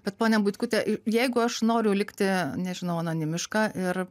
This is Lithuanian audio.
bet ponia butkute jeigu aš noriu likti nežinau anonimiška ir